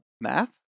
math